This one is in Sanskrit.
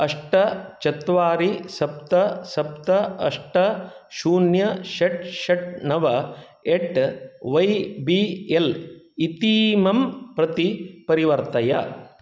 अष्ट चत्वारि सप्त सप्त अष्ट शून्य षट् षट् नव एट् वै बी एल् इतीमं प्रति परिवर्तय